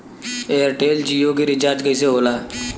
Airtel Jio के recharge कैसे होला?